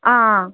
हां